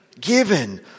Given